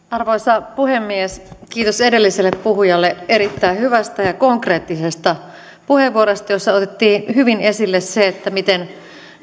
arvoisa puhemies kiitos edelliselle puhujalle erittäin hyvästä ja konkreettisesta puheenvuorosta jossa otettiin hyvin esille se miten